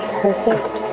perfect